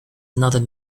another